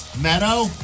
Meadow